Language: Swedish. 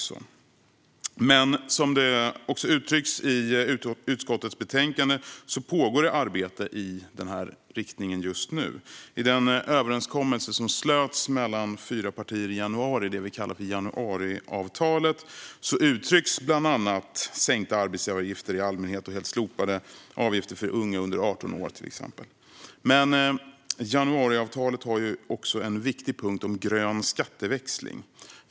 Som det också uttrycks i utskottets betänkande pågår det arbete i den här riktningen just nu. I den överenskommelse som slöts mellan fyra partier i januari, det vi kallar januariavtalet, ingår bland annat sänkta arbetsgivaravgifter i allmänhet och helt slopade avgifter för unga under 18 år. Januariavtalet har också en viktig punkt om grön skatteväxling.